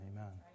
Amen